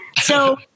So-